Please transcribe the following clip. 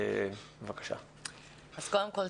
קודם כל,